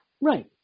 Right